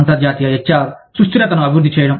అంతర్జాతీయ హెచ్ఆర్ సుస్థిరతను అభివృద్ధి చేయడం